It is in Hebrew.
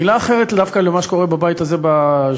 מילה אחרת דווקא על מה שקורה בבית הזה בשבועות,